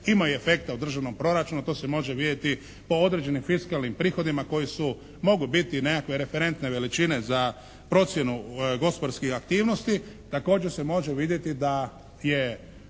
imaju efekta u državnom proračunu, to se može vidjeti po određenim fiskalnim prihodima koji su mogu biti nekakve referentne veličine za procjenu gospodarskih aktivnosti. Također se može vidjeti da je